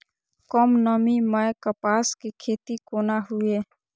कम नमी मैं कपास के खेती कोना हुऐ?